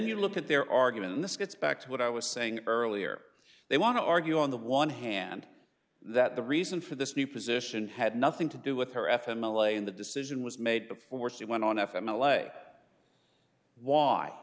you look at their argument and this gets back to what i was saying earlier they want to argue on the one hand that the reason for this new position had nothing to do with her f m elaine the decision was made before she went on f m l a